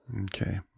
Okay